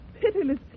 pitiless